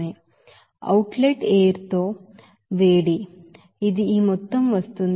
out let air తో వేడి ఇది ఈ మొత్తంగా వస్తుంది